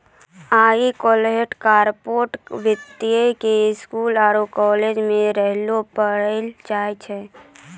आइ काल्हि कार्पोरेट वित्तो के स्कूलो आरु कालेजो मे सेहो पढ़ैलो जाय छै